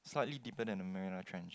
slightly deeper than Mariana-Trench